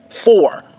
Four